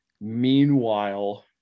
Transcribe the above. Meanwhile